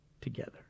together